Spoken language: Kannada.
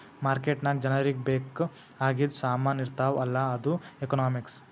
ಮಾರ್ಕೆಟ್ ನಾಗ್ ಜನರಿಗ ಬೇಕ್ ಆಗಿದು ಸಾಮಾನ್ ಇರ್ತಾವ ಅಲ್ಲ ಅದು ಎಕನಾಮಿಕ್ಸ್